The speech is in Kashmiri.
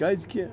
کیٛازکہِ